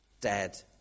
dead